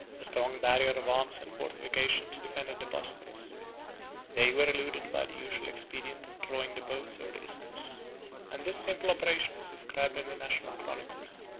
a strong barrier of arms and fortifications defended the bosphorus they were eluded by the usual expedient of drawing the boats over the isthmus and this simple operation is described in the national chronicles,